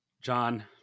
john